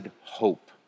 hope